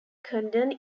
condon